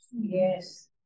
Yes